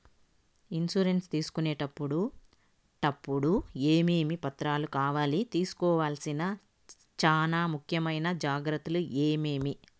Insurance తీసుకునేటప్పుడు టప్పుడు ఏమేమి పత్రాలు కావాలి? తీసుకోవాల్సిన చానా ముఖ్యమైన జాగ్రత్తలు ఏమేమి?